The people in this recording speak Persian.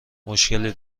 مشکلی